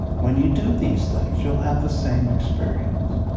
when you do these things you'll have the same experience.